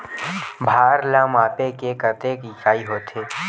भार ला मापे के कतेक इकाई होथे?